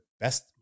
best